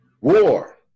War